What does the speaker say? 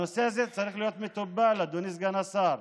הנושא הזה צריך להיות מטופל, אדוני סגן השר,